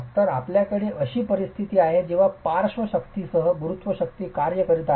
तर आपल्याकडे अशी परिस्थिती आहे जेव्हा पार्श्व शक्तींसह गुरुत्व शक्ती कार्य करीत आहेत